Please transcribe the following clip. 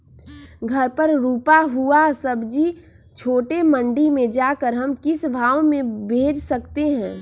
घर पर रूपा हुआ सब्जी छोटे मंडी में जाकर हम किस भाव में भेज सकते हैं?